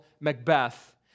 Macbeth